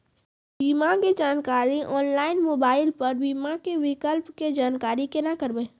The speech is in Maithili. बीमा के जानकारी ऑनलाइन मोबाइल पर बीमा के विकल्प के जानकारी केना करभै?